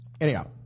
Anyhow